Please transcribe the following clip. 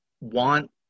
want